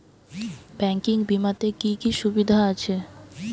Banking বিমাতে কি কি সুবিধা আছে?